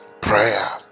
prayer